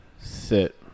sit